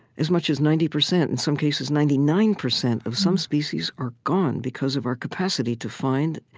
as much as ninety percent. in some cases, ninety nine percent of some species are gone because of our capacity to find,